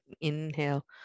Inhale